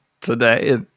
Today